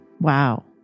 Wow